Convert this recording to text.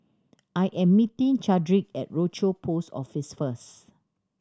I am meeting Chadrick at Rochor Post Office first